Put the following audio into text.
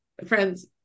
friends